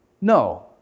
No